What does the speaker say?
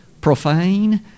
Profane